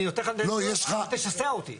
אני יכול להמשיך אדוני?